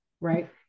right